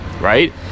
right